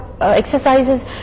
exercises